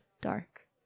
dark